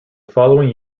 following